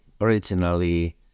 originally